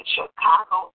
Chicago